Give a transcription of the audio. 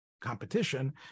competition